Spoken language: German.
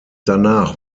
danach